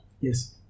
Yes